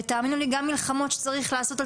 ותאמינו לי גם מלחמות שצריך לעשות על